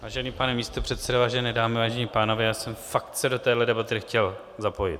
Vážený pane místopředsedo, vážené dámy, vážení pánové, já jsem fakt se do téhle debaty nechtěl zapojit.